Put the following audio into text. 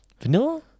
Vanilla